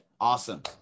awesome